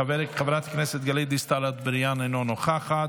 חברת הכנסת גלית דיסטל אטבריאן, אינה נוכחת,